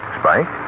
Spike